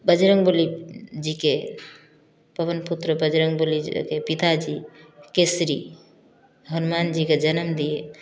बजरंगबली जी के पवन पुत्र बजरंगबली जी के पिताजी केसरी हनुमान जी को जन्म दिए